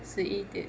十一点